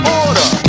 order